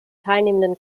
teilnehmenden